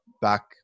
back